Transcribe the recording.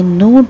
no